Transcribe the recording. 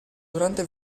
durante